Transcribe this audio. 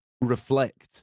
reflect